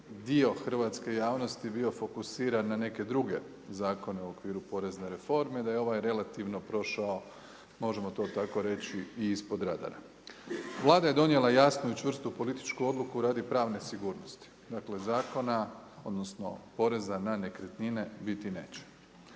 dio hrvatske javnosti bio fokusiran na neke druge zakone u okviru porezne forme. I da je ovaj relativno prošao možemo to tako reći i ispod radara. Vlada je donijela jasnu i čvrstu političku odluku radi pravne sigurnosti. Dakle, zakona odnosno porezna na nekretnine biti neće.